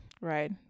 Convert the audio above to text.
right